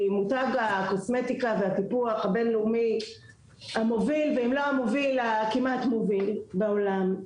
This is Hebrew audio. היא מותג הקוסמטיקה והטיפוח הבינלאומי המוביל או הכמעט מוביל בעולם.